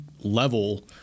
level